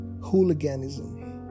hooliganism